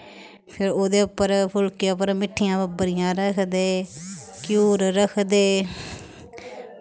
फिर ओह्दे उप्पर फुल्के उप्पर मिट्ठियां बब्बरियां रखदे घ्यूर रखदे